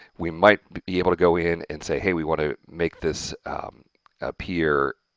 we might be able to go in and say, hey, we want to make this appear